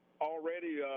already